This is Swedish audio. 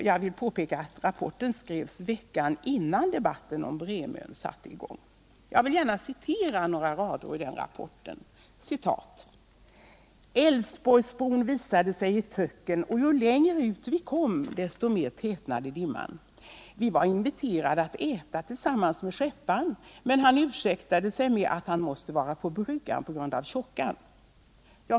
Jag vill påpeka att rapporten skrevs veckan innan debatten om Bremön satte i gång. Jag vill gärna citera några rader ur rapporten: ”Älvsborgsbron visade sig i ett töcken och ju längre ut vi kom desto mer tätnade dimman. Vi var inviterade att äta tillsammans med skepparen, men han ursäktade sig med att han måste vara på bryggan på grund av tjockan.